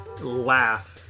laugh